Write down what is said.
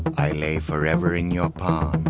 i lay forever in your palm